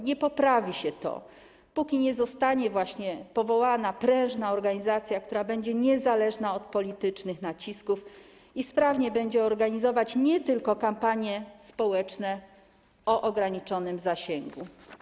Nie poprawi się to, póki nie zostanie właśnie powołana prężna organizacja, która będzie niezależna od politycznych nacisków i sprawnie będzie organizować nie tylko kampanie społeczne o ograniczonym zasięgu.